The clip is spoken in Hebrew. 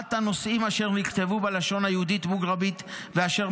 שפעת הנושאים אשר נכתבו בלשון היהודית-מוגרבית ואשר